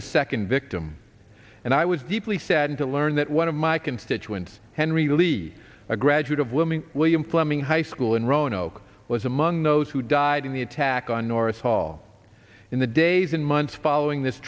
the second victim and i was deeply saddened to learn that one of my constituents henry lee a graduate of living william fleming high school in roanoke was among those who died in the attack on norris hall in the days and months following this